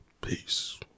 Peace